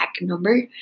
number